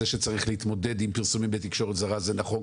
זה שצריך להתמודד עם פרסומים בתקשורת זה רע וזה נכון,